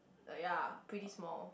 ya pretty small